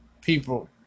people